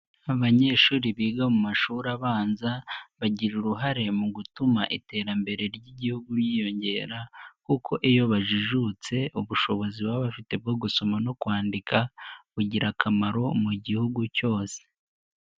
Abanyeshuri biga mu mashuri abanza, bagira uruhare mu gutuma iterambere ry'igihugu ryiyongera kuko iyo bajijutse, ubushobozi baba bafite bwo gusoma no kwandika, bugira akamaro mu gihugu cyose.